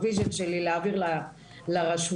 שב-vision שלי להעביר לרשויות,